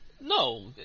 No